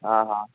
हा हा